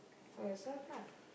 for yourself lah